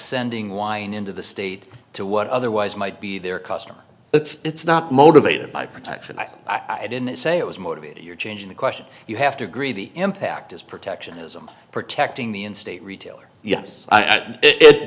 sending wine into the state to what otherwise might be their custom it's not motivated by protection i didn't say it was motivated you're changing the question you have to agree the impact is protectionism protecting the in state retailer yes i